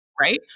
right